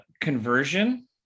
conversion